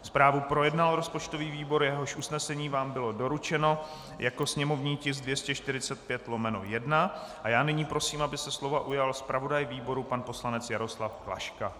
Zprávu projednal rozpočtový výbor, jehož usnesení vám bylo doručeno jako sněmovní tisk 245/1, a já nyní prosím, aby se slova ujal zpravodaj výboru pan poslanec Jaroslav Klaška.